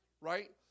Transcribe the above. right